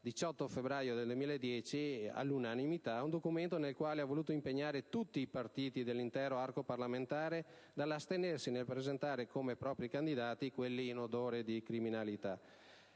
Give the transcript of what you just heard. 18 febbraio 2010, un documento nel quale ha voluto impegnare tutti i partiti dell'intero arco parlamentare dall'astenersi nel presentare come propri candidati quelli in odore di criminalità,